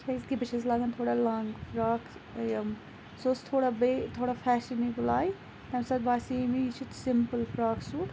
کیاز کہِ بہٕ چھَس لاگان تھوڑا لانٛگ فراک یِم سُہ اوس تھوڑا بیٚیہِ تھوڑا فیشَنیبٕل آیہِ تمہِ ساتہٕ باسیے مےٚ یہِ چھُ سِمپٕل فراک سوٗٹ